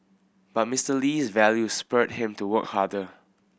but Mister Lee's values spurred him to work harder